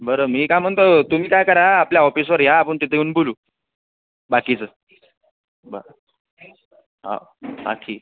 बरं मी काय म्हणतो तुम्ही काय करा आपल्या ऑफिसवर या आपण तिथे येऊन बोलू बाकीचं बरं हा हा ठीक आहे